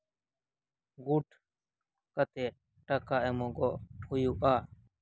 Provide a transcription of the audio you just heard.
ᱜᱩᱴ ᱠᱟᱛᱮ ᱴᱟᱠᱟ ᱮᱢᱚᱜᱚᱜ ᱦᱩᱭᱩᱜᱼᱟ